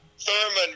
Thurman